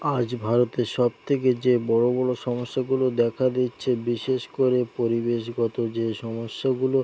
আজ ভারতে সব থেকে যে বড়ো বড়ো সমস্যাগুলো দেখা দিচ্ছে বিশেষ করে পরিবেশগত যে সমস্যাগুলো